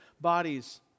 bodies